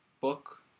book